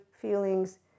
feelings